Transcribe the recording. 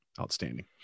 outstanding